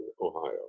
Ohio